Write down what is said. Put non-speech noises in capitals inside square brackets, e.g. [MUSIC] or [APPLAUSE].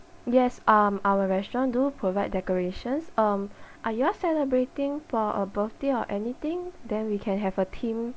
yes um our restaurant do provide decorations um [BREATH] are you all celebrating for a birthday or anything then we can have a theme